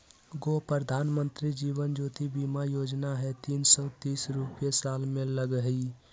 गो प्रधानमंत्री जीवन ज्योति बीमा योजना है तीन सौ तीस रुपए साल में लगहई?